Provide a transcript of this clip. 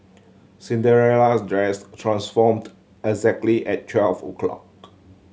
Cinderella's dress transformed exactly at twelve o' clock